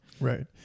Right